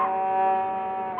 oh